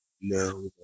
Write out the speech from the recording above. No